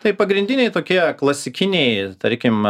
tai pagrindiniai tokie klasikiniai tarkim